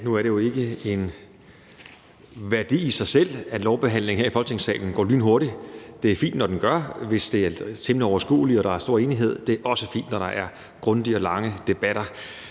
Nu er det jo ikke en værdi i sig selv, at lovbehandlingen her i Folketingssalen går lynhurtigt. Det er fint, når den gør det, hvis det er temmelig overskueligt og der er stor enighed. Det er også fint, når der er grundige og lange debatter.